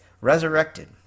resurrected